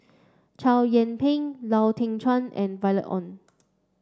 Chow Yian Ping Lau Teng Chuan and Violet Oon